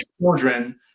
children